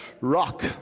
rock